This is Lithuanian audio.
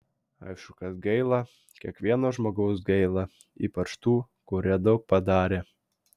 aišku kad gaila kiekvieno žmogaus gaila ypač tų kurie daug padarė